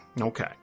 Okay